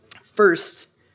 First